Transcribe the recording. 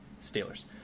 Steelers